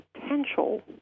potential